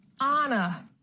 Anna